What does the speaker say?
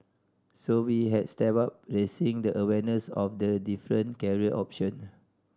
so we have stepped up raising the awareness of the different career option